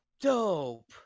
Dope